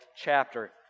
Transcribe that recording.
chapter